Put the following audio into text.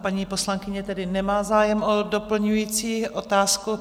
Paní poslankyně tedy nemá zájem o doplňující otázku.